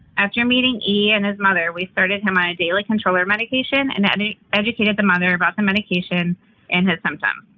after meeting e and his mother, we started him on a daily controller medication and and educated the mother about the medication and his symptoms.